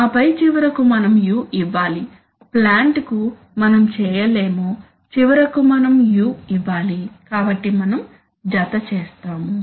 ఆపై చివరకు మనం u ఇవ్వాలి ప్లాంట్ కు మనం చేయలేము చివరకు మనం u ఇవ్వాలి కాబట్టి మనం జతచేస్తాము